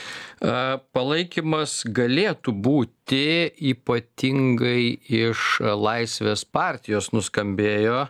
a palaikymas galėtų būti ypatingai iš laisvės partijos nuskambėjo